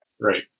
right